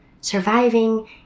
surviving